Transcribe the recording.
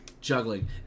Juggling